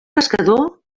pescador